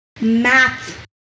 math